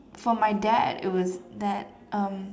for my dad it was that um